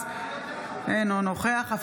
אינו נוכח מנסור עבאס,